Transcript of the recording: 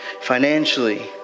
financially